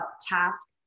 task